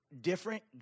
different